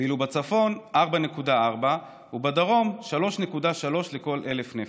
ואילו בצפון, 4.4, ובדרום, 3.3 לכל 1,000 נפש.